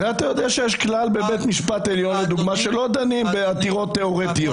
הרי אתה יודע שיש כלל בבית משפט עליון למשל שלא דנים בעתירות תיאורטיות.